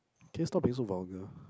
can you stop being so vulgar